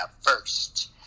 first